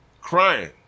crying